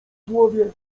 złowię